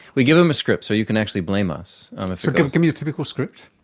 we give them a script, so you can actually blame us. so give give me a typical script.